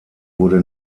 wurde